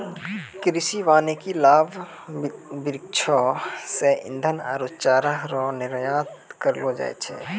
कृषि वानिकी लाभ वृक्षो से ईधन आरु चारा रो निर्यात करलो जाय छै